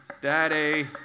Daddy